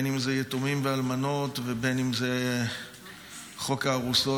אם זה יתומים ואלמנות ואם זה חוק הארוסות,